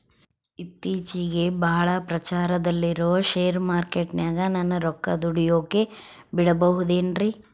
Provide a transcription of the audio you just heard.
ಇತ್ತೇಚಿಗೆ ಬಹಳ ಪ್ರಚಾರದಲ್ಲಿರೋ ಶೇರ್ ಮಾರ್ಕೇಟಿನಾಗ ನನ್ನ ರೊಕ್ಕ ದುಡಿಯೋಕೆ ಬಿಡುಬಹುದೇನ್ರಿ?